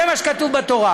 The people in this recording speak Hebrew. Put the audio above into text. זה מה שכתוב בתורה.